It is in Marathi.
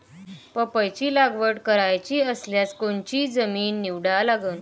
पपईची लागवड करायची रायल्यास कोनची जमीन निवडा लागन?